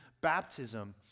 baptism